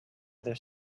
other